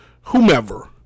whomever